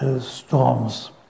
storms